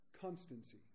constancy